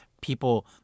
people